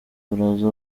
baraza